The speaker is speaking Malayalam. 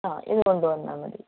ആ ഇത് കൊണ്ടുവന്നാൽ മതി